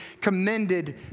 commended